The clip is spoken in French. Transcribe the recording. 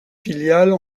filiales